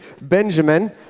Benjamin